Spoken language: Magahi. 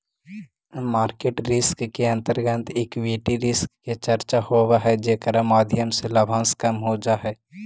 मार्केट रिस्क के अंतर्गत इक्विटी रिस्क के चर्चा होवऽ हई जेकरा माध्यम से लाभांश कम हो जा हई